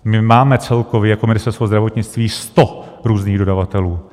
My máme celkově jako Ministerstvo zdravotnictví sto různých dodavatelů.